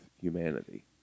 humanity